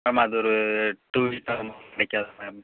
ma'am அது ஒரு two ma'am